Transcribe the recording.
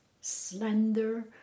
slender